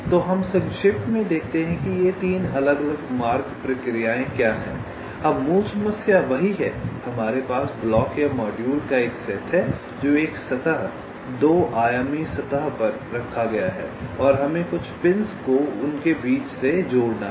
तो हम संक्षेप में देखते हैं कि ये 3 अलग अलग मार्ग प्रक्रियाएं क्या हैं अब मूल समस्या वही है हमारे पास ब्लॉक या मॉड्यूल का एक सेट है जो एक सतह 2 आयामी सतह पर रखा गया है और हमें कुछ पिंस को उनके बीच से जोड़ना है